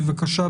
בבקשה,